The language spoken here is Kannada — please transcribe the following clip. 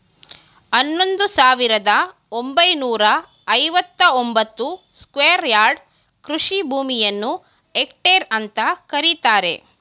ಹನ್ನೊಂದು ಸಾವಿರದ ಒಂಬೈನೂರ ಐವತ್ತ ಒಂಬತ್ತು ಸ್ಕ್ವೇರ್ ಯಾರ್ಡ್ ಕೃಷಿ ಭೂಮಿಯನ್ನು ಹೆಕ್ಟೇರ್ ಅಂತ ಕರೀತಾರೆ